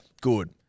Good